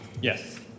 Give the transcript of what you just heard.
Yes